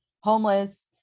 homeless